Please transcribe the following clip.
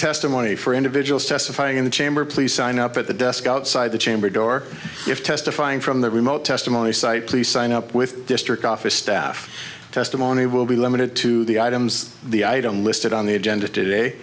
testimony for individuals testifying in the chamber please sign up at the desk outside the chamber door if testifying from the remote testimony site please sign up with district office staff testimony will be limited to the items the item listed on the agenda today